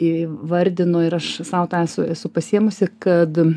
įvardino ir aš sau tą esu esu pasiėmusi kad